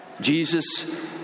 Jesus